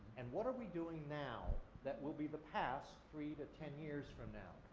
and what are we doing now that will be the past three to ten years from now.